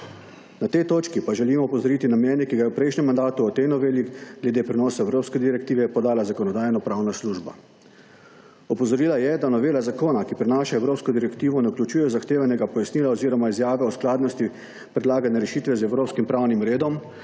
Na tej točki pa želim opozoriti na mnenje, ki ga je v prejšnjem mandatu o tej noveli glede prenosa evropske direktive podala Zakonodajno-pravna služba. Opozorila je, da novela zakona, ki prenaša evropsko direktivo, ne vključuje zahtevanega pojasnila oziroma izjave o skladnosti predlagane rešitve z evropskim pravnim redom,